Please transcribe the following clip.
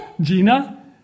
Gina